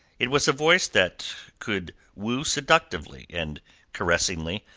it was a voice that could woo seductively and caressingly,